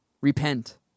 Repent